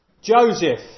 Joseph